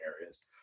areas